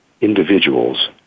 individuals